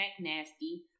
nasty